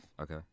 Okay